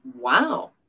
wow